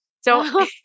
So-